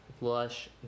lush